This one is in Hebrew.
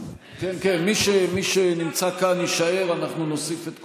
מי שנמצא כאן יישאר ואנחנו נוסיף את קולו,